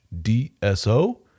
DSO